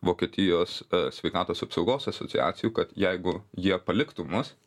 vokietijos sveikatos apsaugos asociacijų kad jeigu jie paliktų mus